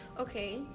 Okay